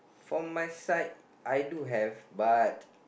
from my side I do have but